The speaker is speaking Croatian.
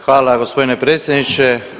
Hvala gospodine predsjedniče.